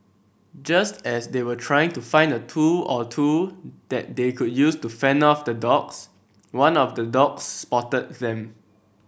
just as they were trying to find a tool or two that they could use to fend off the dogs one of the dogs spotted them